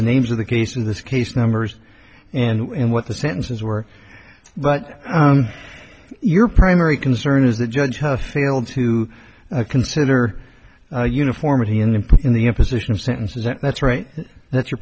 the names of the case in this case numbers and what the sentences were but your primary concern is the judge have failed to consider uniformity and put in the imposition of sentences that's right that's your